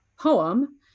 poem